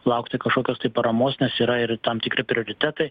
laukti kažkokios paramos nes yra ir tam tikri prioritetai